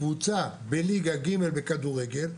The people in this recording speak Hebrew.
קבוצה בליגה ג' בכדורגל,